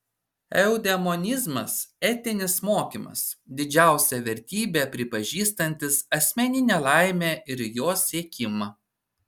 eudemonizmas etinis mokymas didžiausia vertybe pripažįstantis asmeninę laimę ir jos siekimą